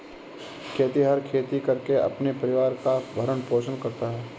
खेतिहर खेती करके अपने परिवार का भरण पोषण करता है